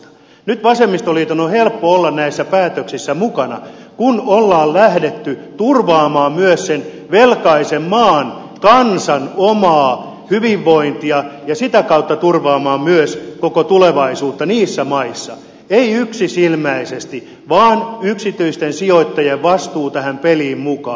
nyt vasemmistoliiton on helppo olla näissä päätöksissä mukana kun on lähdetty turvaamaan myös sen velkaisen maan kansan omaa hyvinvointia ja sitä kautta turvaamaan myös koko tulevaisuutta niissä maissa ei yksisilmäisesti vaan ottamalla yksityisten sijoittajien vastuu tähän peliin mukaan